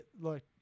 look